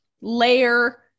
layer